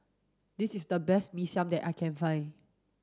this is the best Mee Siam that I can find